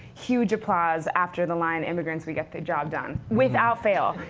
huge applause after the line, immigrants, we get the job done, without fail,